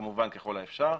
כמובן ככל האפשר.